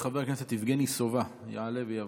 חבר הכנסת יבגני סובה, יעלה ויבוא.